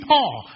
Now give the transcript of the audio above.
Paul